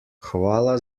hvala